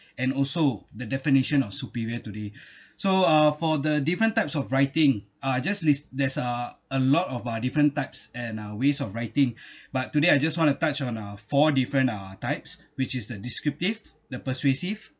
and also the definition of superior today so uh for the different types of writing uh I just list there's uh a lot of uh different types and uh ways of writing but today I just want to touch on uh four different uh types which is the descriptive the persuasive